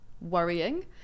worrying